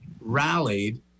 rallied